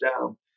down